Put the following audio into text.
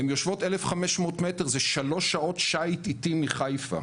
הן יושבות 1500 מטר זה שלוש שעות של שיט איטי מחיפה,